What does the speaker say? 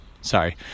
sorry